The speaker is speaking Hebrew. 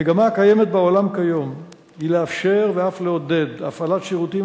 המגמה הקיימת בעולם כיום היא לאפשר ואף לעודד הפעלת שירותים